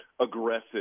aggressive